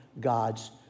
God's